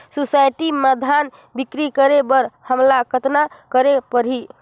Society म धान बिक्री करे बर हमला कतना करे परही?